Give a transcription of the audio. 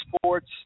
sports